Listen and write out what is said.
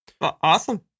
Awesome